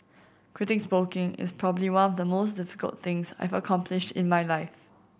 quitting smoking is probably one of the most difficult things I've accomplished in my life